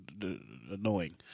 annoying